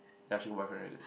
ya she got boyfriend already